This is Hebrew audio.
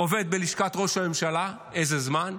עובד בלשכת ראש הממשלה איזה זמן,